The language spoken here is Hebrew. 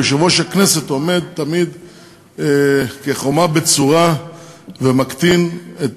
ויושב-ראש הכנסת עומד תמיד כחומה בצורה ומקטין את